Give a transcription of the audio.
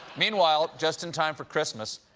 meanwhile, just in time for christmas,